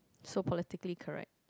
so politically correct